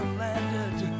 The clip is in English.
landed